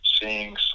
seeing